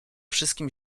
wszystkim